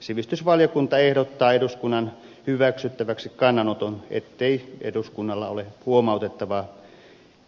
sivistysvaliokunta ehdottaa eduskunnan hyväksyttäväksi kannanoton ettei eduskunnalla ole huomautettavaa